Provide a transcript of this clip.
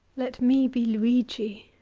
let me be luigi.